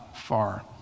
far